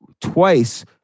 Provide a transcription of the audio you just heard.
twice